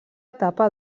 etapa